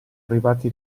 arrivati